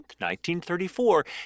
1934